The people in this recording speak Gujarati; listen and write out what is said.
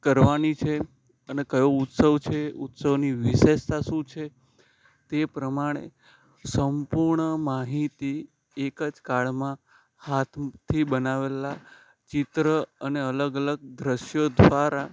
કરવાની છે અને કયો ઉત્સવ છે ઉત્સવની વિશેષતા શું છે તે પ્રમાણે સંપૂર્ણ માહિતી એક જ કાર્ડમાં હાથથી બનાવેલાં ચિત્ર અને અલગ અલગ દૃશ્યો દ્વારા